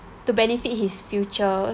to benefit his future